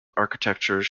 architecture